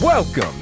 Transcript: Welcome